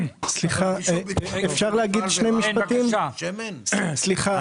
בחמשת הסעיפים שרשות המסים פרסמה